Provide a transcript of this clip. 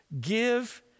give